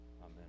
Amen